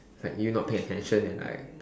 like you not paying attention and like